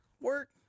Work